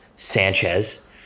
Sanchez